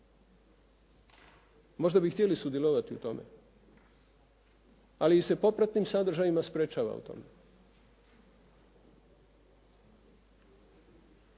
možda bi htjeli sudjelovati u tome, ali ih se popratnim sadržajima sprječava u tome.